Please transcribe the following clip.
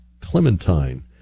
Clementine